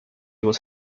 was